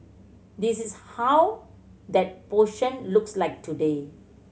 this is how that portion looks like today